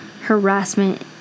harassment